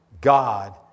God